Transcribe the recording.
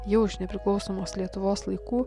jau iš nepriklausomos lietuvos laikų